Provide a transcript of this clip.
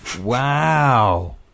Wow